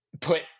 put